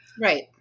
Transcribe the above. Right